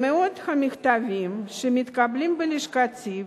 במאות המכתבים שמתקבלים בלשכתי,